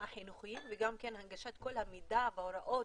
החינוכיים וגם כן הנגשת כל המידע בהוראות,